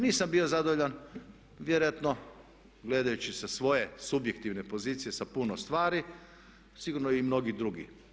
Nisam bio zadovoljan vjerojatno gledajući sa svoje subjektivne pozicije sa puno stvari, sigurno i mnogi drugi.